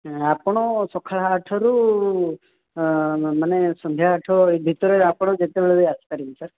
ଆପଣ ସକାଳ ଆଠରୁ ମାନେ ସନ୍ଧ୍ୟା ଆଠ ଭିତରେ ଆପଣ ଯେତେବେଳେ ବି ଆସିପାରିବେ ସାର୍